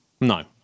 No